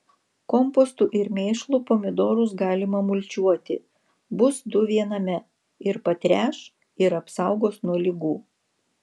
kompostu ir mėšlu pomidorus galima mulčiuoti bus du viename ir patręš ir apsaugos nuo ligų